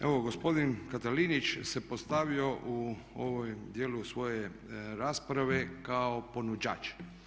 Evo gospodin Katalinić se postavio u ovom djeluje svoje rasprave kao ponuđač.